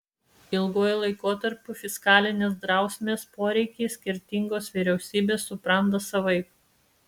ilguoju laikotarpiu fiskalinės drausmės poreikį skirtingos vyriausybės supranta savaip